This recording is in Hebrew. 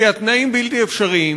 כי התנאים בלתי אפשריים.